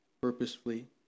purposefully